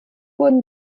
wurden